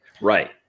Right